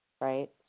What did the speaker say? right